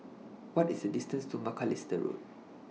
What IS The distance to Macalister Road